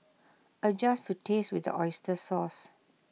adjust to taste with the Oyster sauce